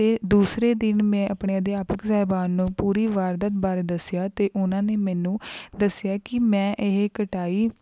ਅਤੇ ਦੂਸਰੇ ਦਿਨ ਮੈਂ ਆਪਣੇ ਅਧਿਆਪਕ ਸਾਹਿਬਾਨ ਨੂੰ ਪੂਰੀ ਵਾਰਦਾਤ ਬਾਰੇ ਦੱਸਿਆ ਅਤੇ ਉਨ੍ਹਾਂ ਨੇ ਮੈਨੂੰ ਦੱਸਿਆ ਕਿ ਮੈਂ ਇਹ ਕਟਾਈ